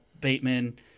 Bateman